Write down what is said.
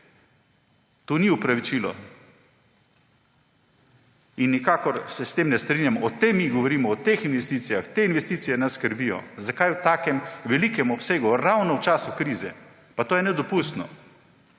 To ni opravičilo in nikakor se s tem ne strinjam. O tem mi govorimo, o teh investicijah, te investicije nas skrbijo. Zakaj v takem velikem obsegu ravno v času krize? Pa to je nedopustno.